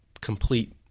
complete